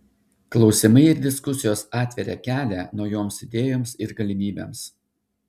klausimai ir diskusijos atveria kelią naujoms idėjoms ir galimybėms